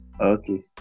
okay